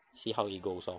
see how it goes lor